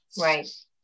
right